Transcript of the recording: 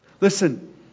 Listen